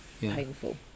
painful